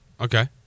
Okay